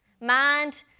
Mind